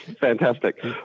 Fantastic